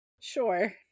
Sure